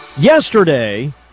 Yesterday